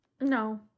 No